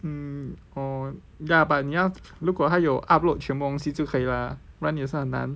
mm or ya but 你要如果他有 upload 全部东西就可以啦不然你也是很难